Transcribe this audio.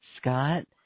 Scott